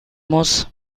muss